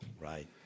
right